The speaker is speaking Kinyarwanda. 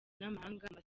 n’amahanga